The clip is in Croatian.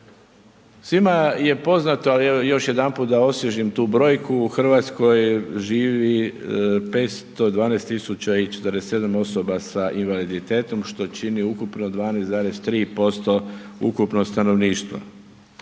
Svima je poznato ali još jedanput da osvježim tu brojku, u Hrvatskoj živi 512,47 osoba sa invaliditetom što čini ukupno 12,3% ukupnog stanovništva.